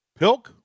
Pilk